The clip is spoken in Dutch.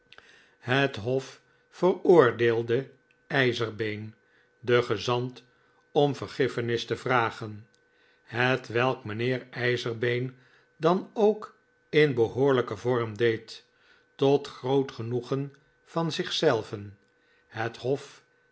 het hof veroordeelde ijzerbeen den gezant om vergiffeniste vragen hetwelk mijnheer ijzerbeen dan ook in behoorlijken vorm deed tot groot genoegen van zich zelven het hof